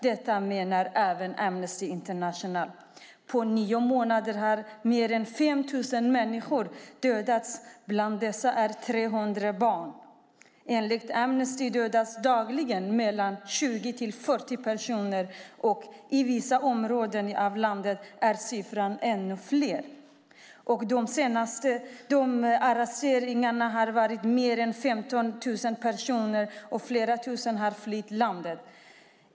Detta menar även Amnesty International. På nio månader har mer än 5 000 människor dödats. Bland dessa är 300 barn. Enligt Amnesty dödas dagligen mellan 20 och 40 personer, och i vissa områden av landet är siffran ännu högre. Arresteringarna har omfattat mer än 15 000 personer och flera tusen har flytt landet.